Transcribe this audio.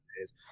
days